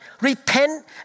repent